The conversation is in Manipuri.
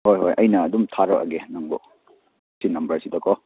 ꯍꯣꯏ ꯍꯣꯏ ꯑꯩꯅ ꯑꯗꯨꯝ ꯊꯥꯔꯛꯑꯒꯦ ꯅꯪꯕꯨ ꯁꯤ ꯅꯝꯕꯔꯁꯤꯗꯀꯣ